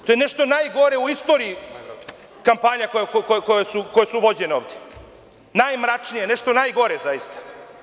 To je nešto najgore u istoriji kampanja koje su vođene ovde, najmračnija, nešto najgore zaista.